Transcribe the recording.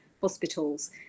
hospitals